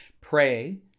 pray